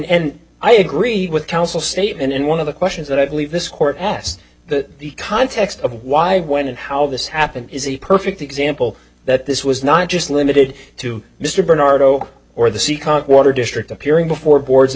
and i agree with counsel state and one of the questions that i believe this court asked the context of why when and how this happened is a perfect example that this was not just limited to mr bernardo or the seekonk water district appearing before boards and